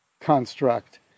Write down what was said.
construct